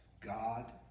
God